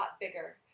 bigger